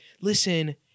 listen